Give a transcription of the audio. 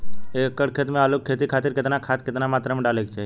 एक एकड़ खेत मे आलू के खेती खातिर केतना खाद केतना मात्रा मे डाले के चाही?